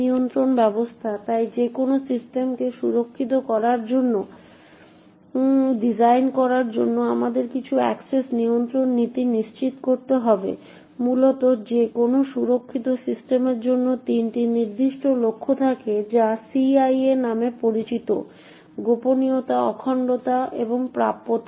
নিয়ন্ত্রণ ব্যবস্থা তাই যে কোনও সিস্টেমকে সুরক্ষিত করার জন্য ডিজাইন করার জন্য আমাদের কিছু অ্যাক্সেস নিয়ন্ত্রণ নীতি নিশ্চিত করতে হবে মূলত যে কোনও সুরক্ষিত সিস্টেমের জন্য তিনটি নির্দিষ্ট লক্ষ্য থাকে যা CIA নামে পরিচিত গোপনীয়তা অখণ্ডতা এবং প্রাপ্যতা